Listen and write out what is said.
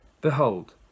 Behold